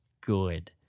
good